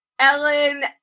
Ellen